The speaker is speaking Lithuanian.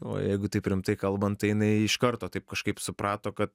o jeigu taip rimtai kalbant tai jinai iš karto taip kažkaip suprato kad